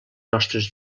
nostres